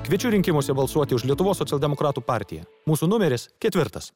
kviečiu rinkimuose balsuoti už lietuvos socialdemokratų partija mūsų numeris ketvirtas